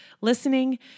listening